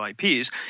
IPs